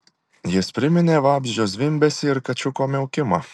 jis priminė vabzdžio zvimbesį ir kačiuko miaukimą